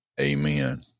amen